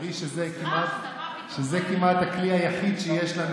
תראי כמה זה כמעט הכלי היחיד שיש לנו